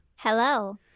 Hello